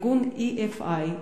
ארגון EFI,